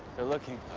they're looking.